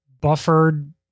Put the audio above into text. buffered